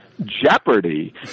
jeopardy